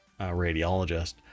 radiologist